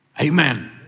Amen